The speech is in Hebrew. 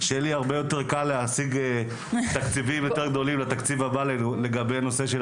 שיהיה לי הרבה יותר קל להשיג תקציבים יותר גדולים לתקציב הבא,